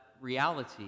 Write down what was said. reality